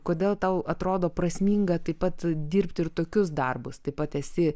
kodėl tau atrodo prasminga taip pat dirbti ir tokius darbus taip pat esi